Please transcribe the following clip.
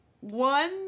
One